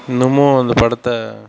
இன்னமும் அந்த படத்தை